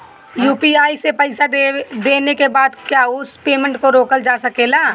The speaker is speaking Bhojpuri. यू.पी.आई से पईसा देने के बाद क्या उस पेमेंट को रोकल जा सकेला?